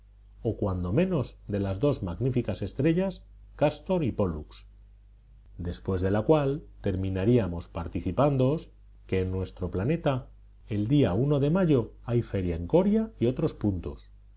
o cuando menos de las dos magníficas estrellas cástor y pólux después de lo cual terminaríamos participándoos que en nuestro planeta el día de mayo hay feria en coria y otros puntos